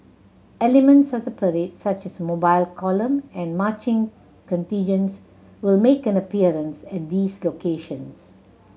elements of the parade such as the Mobile Column and marching contingents will make an appearance at these locations